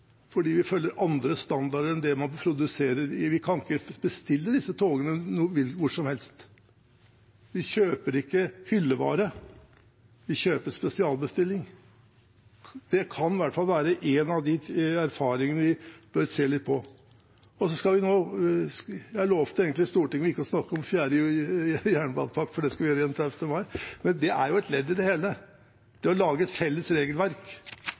kan ikke bestille disse togene hvor som helst – vi kjøper ikke hyllevare, vi kjøper spesialbestilling – og det kan være en av de erfaringene vi bør se litt på. Jeg lovte egentlig Stortinget å ikke snakke om EUs fjerde jernbanepakke, for det skal vi gjøre den 31. mai, men det er jo et ledd i det hele, det å lage et felles regelverk